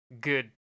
good